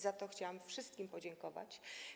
Za to chciałam wszystkim podziękować.